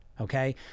okay